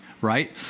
right